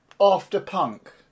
after-punk